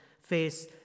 face